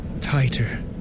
tighter